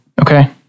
Okay